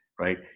right